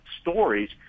stories